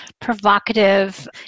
provocative